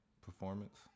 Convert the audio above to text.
performance